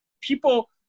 people